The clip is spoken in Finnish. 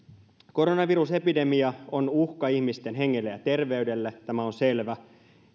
koronavirusepidemia on uhka ihmisten hengelle ja terveydelle tämä on selvä